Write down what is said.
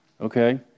Okay